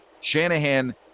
Shanahan